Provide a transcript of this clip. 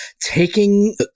taking